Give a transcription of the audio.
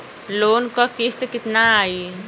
Loan क किस्त कितना आई?